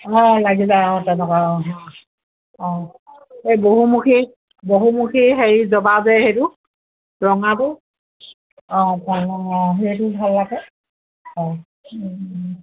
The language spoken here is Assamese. অঁ লাগি যায় অঁ তেনেকুৱা অঁ অঁ এই বহুমুখী বহুমুখী হেৰি জবা যে সেইটো ৰঙাটো অঁ অঁ সেইটো ভাল লাগে অঁ